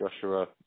Joshua